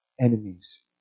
enemies